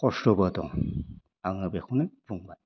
खसथ'बो दं आङो बेखौनो बुंबाय